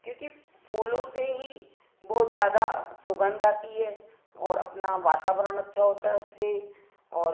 क्योंकि फूलों से ही बहुत ज़्यादा सुगंध आती है और अपना अच्छा वातावरण होता है उससे और